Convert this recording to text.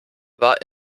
war